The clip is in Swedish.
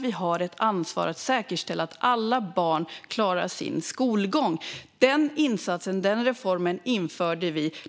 Vi har ju ett ansvar att säkerställa att alla barn klarar sin skolgång. Den reformen införde vi.